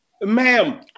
Ma'am